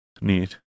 neat